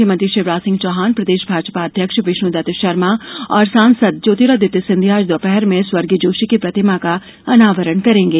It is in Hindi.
मुख्यमंत्री शिवराज सिंह चौहान प्रदेश भाजपा अध्यक्ष विष्णुदत्त शर्मा और सांसद ज्योतिरादित्य सिंधिया आज दोपहर में स्वर्गीय जोशी की प्रतिमा का अनावरण करेंगे